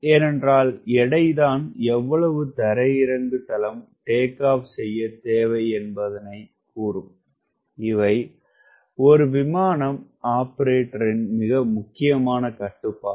ஏனென்றால் எடை தான் எவ்வளவு தரையிறங்கு தளம் டேக் ஆப் செய்யத் தேவை என்பதனை கூறும் இவை ஒரு விமானம் ஆப்பரேட்டரின் மிக முக்கியக் கட்டுப்பாடு